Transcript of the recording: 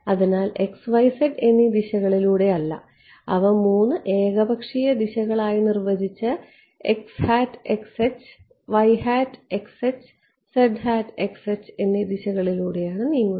അതിനാൽ ഇവ എന്നീ ദിശകളിലൂടെ അല്ല അവ 3 ഏകപക്ഷീയ ദിശകൾ ആയി നിർവചിച്ച എന്നീ ദിശകളിലൂടെ ആണ് നീങ്ങുന്നത്